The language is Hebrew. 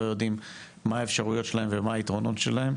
לא יודעים מה האפשרויות שלהם ומה היתרונות שלהם.